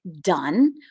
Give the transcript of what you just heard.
done